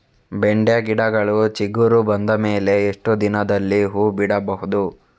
ಬೆಂಡೆ ಗಿಡಗಳು ಚಿಗುರು ಬಂದ ಮೇಲೆ ಎಷ್ಟು ದಿನದಲ್ಲಿ ಹೂ ಬಿಡಬಹುದು?